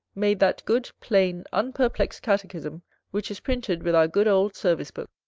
made that good, plain, unperplexed catechism which is printed with our good old service-book.